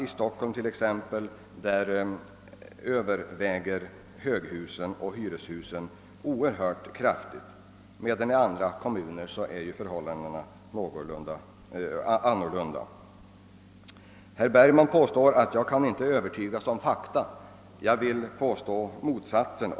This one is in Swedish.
I Stockholm och andra expansionsorter överväger exempelvis höghusen och hyreshusen oerhört kraftigt, medan det är annorlunda i andra kommuner. Slutligen påstod herr Bergman att jag inte kan övertygas av fakta. Jag påstår motsatsen.